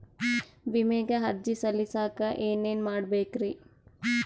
ವಿಮೆಗೆ ಅರ್ಜಿ ಸಲ್ಲಿಸಕ ಏನೇನ್ ಮಾಡ್ಬೇಕ್ರಿ?